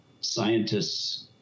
scientists